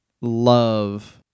love